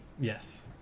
Yes